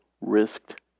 risked